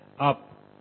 Up